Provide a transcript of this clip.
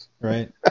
Right